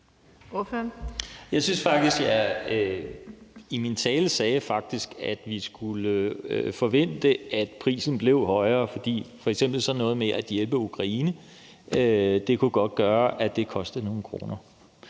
Jeg synes faktisk, at jeg i min tale sagde, at vi skulle forvente, at prisen blev højere, fordi f.eks. sådan noget med at hjælpe Ukraine godt kunne gøre, at det kostede nogle kroner.